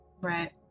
right